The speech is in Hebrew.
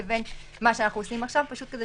לבין מה שאנחנו עושים עכשיו פשוט כדי